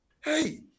Hey